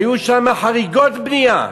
היו שם חריגות בנייה,